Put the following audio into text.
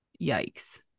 Yikes